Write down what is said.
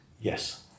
Yes